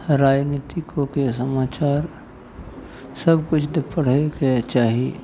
राजनीतिके समाचार सबकिछु तऽ पढ़ैके चाही